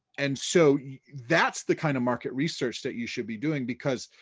and so that's the kind of market research that you should be doing, because